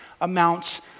amounts